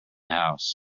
house